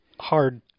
hard